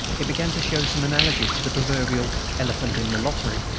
it began to show some analogies to the proverbial elephant in the lottery.